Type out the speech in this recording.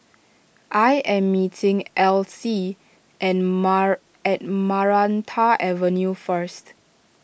I am meeting Alcee at mall at Maranta Avenue first